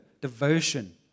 devotion